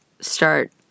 start